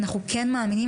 אנחנו כן מאמינים,